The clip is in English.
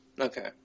Okay